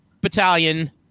Battalion